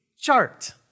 chart